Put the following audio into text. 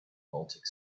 baltic